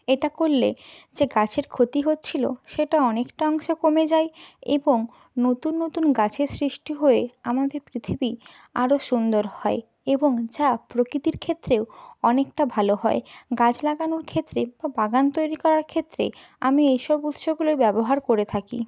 এটা করলে যে গাছের ক্ষতি হচ্ছিলো সেটা অনেকটা অংশ কমে যায় এবং নতুন নতুন গাছের সৃষ্টি হয়ে আমাদের পৃথিবী আরও সুন্দর হয় এবং যা প্রকৃতির ক্ষেত্রেও অনেকটা ভালো হয় গাছ লাগানোর ক্ষেত্রে বা বাগান তৈরি করার ক্ষেত্রে আমি এইসব উৎসগুলোই ব্যবহার করে থাকি